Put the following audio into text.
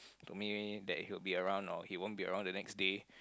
to me that he would be around or he won't be around the next day